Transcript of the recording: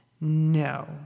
no